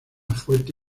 fuerte